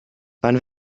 wann